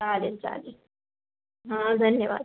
चालेल चालेल हां धन्यवाद